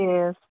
Yes